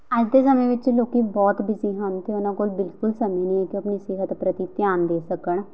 ਅੱਜ ਦੇ ਸਮੇਂ ਵਿੱਚ ਲੋਕ ਬਹੁਤ ਬਿਜ਼ੀ ਹਨ ਅਤੇ ਉਹਨਾਂ ਕੋਲ ਬਿਲਕੁਲ ਸਮਾਂ ਨਹੀਂ ਹੈ ਕਿ ਉਹ ਆਪਣੀ ਸਿਹਤ ਪ੍ਰਤੀ ਧਿਆਨ ਦੇ ਸਕਣ